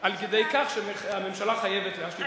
כך שהממשלה חייבת להשיב.